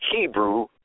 Hebrew